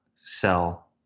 sell